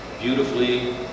beautifully